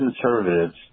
conservatives